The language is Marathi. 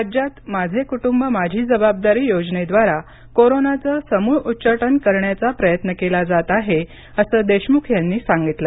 राज्यात माझे कुटुंब माझी जबाबदारी योजनेद्वारा कोरोनाचं समूळ उच्चाटन करण्याचा प्रयत्न केला जात आहे असं देशमुख यांनी सांगितलं